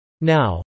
Now